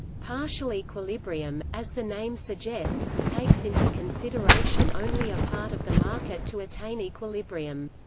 partial equilibrium, as the name suggests, takes into consideration only a part of the market to attain equilibrium.